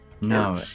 No